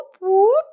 whoop